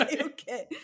Okay